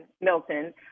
Milton